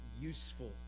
useful